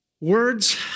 Words